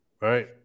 Right